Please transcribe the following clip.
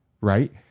right